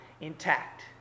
intact